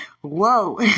Whoa